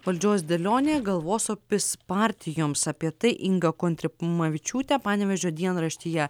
valdžios dėlionė galvosopis partijoms apie tai inga kontrimavičiūtė panevėžio dienraštyje